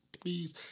Please